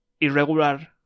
irregular